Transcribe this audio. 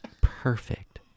Perfect